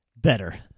better